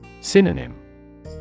Synonym